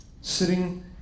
sitting